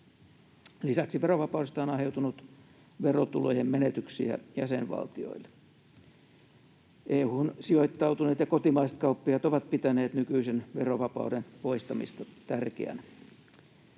Lisäksi verovapaudesta on aiheutunut verotulojen menetyksiä jäsenvaltioille. EU:hun sijoittautuneet ja kotimaiset kauppiaat ovat pitäneet nykyisen verovapauden poistamista tärkeänä.